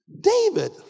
David